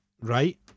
right